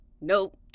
nope